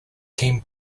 team